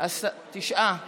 תשעה בעד,